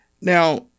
Now